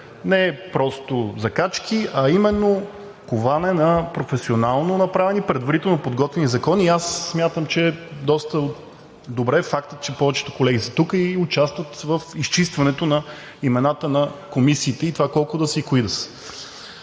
Не просто закачки, а именно коване на професионално направени и предварително подготвени закони. Смятам, че е доста добре фактът, че повечето колеги са тук и участват в изчистването на имената на комисиите и това колко да са и кои да са.